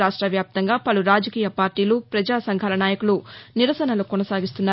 రాష్టవ్యాప్తంగా పలు రాజకీయ పార్టీలు పజా సంఘాల నాయకులు నిరసనలు కొనసాగిస్తున్నారు